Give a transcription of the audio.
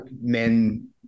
men